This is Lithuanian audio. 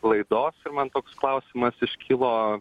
laidos ir man toks klausimas iškilo